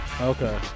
Okay